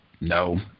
no